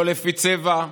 לא לפי צבע,